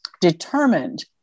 determined